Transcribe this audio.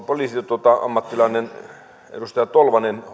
poliisi ammattilainen edustaja tolvanen